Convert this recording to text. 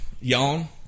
Yawn